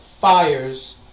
fires